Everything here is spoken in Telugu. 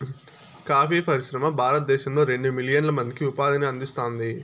కాఫీ పరిశ్రమ భారతదేశంలో రెండు మిలియన్ల మందికి ఉపాధిని అందిస్తాంది